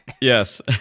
Yes